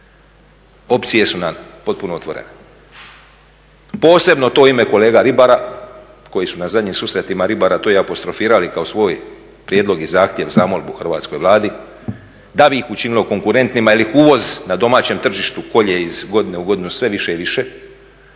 Opcije su nam potpuno otvoreno. Posebno to u ime kolega ribara koji su na zadnjim susretima ribara to i apostrofirali kao svoj prijedlog, i zahtjev, zamolbu Hrvatskoj vladi da bi ih učinilo konkurentima jer ih uvoz na domaćem tržištu kolje iz godine u godinu sve više i više